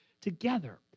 together